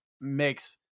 makes